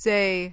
Say